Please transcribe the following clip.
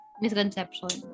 misconception